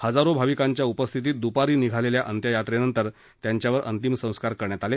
हजारों भाविकांच्या उपस्थितीत द्पारी निघालेल्या अंत्ययात्रेनंतर त्यांच्यावर अंतिमसंस्कार करण्यात आले